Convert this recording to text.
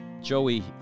Joey